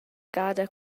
gada